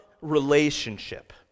relationship